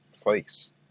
place